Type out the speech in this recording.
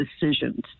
decisions